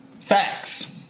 Facts